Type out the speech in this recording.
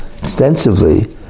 extensively